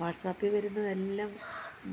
വാട്സാപ്പിൽ വരുന്നതെല്ലാം